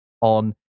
on